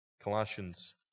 Colossians